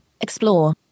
Explore